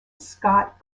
scott